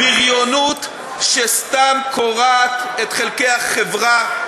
בריונות שסתם קורעת את חלקי החברה.